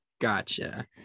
Gotcha